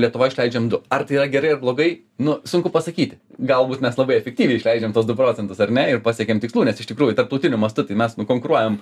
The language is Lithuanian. lietuvoj išleidžiam du ar tai yra gerai ar blogai nu sunku pasakyti galbūt mes labai efektyviai išleidžiam tuos du procentus ar ne ir pasiekiam tikslų nes iš tikrųjų tarptautiniu mastu tai mes nu konkuruojam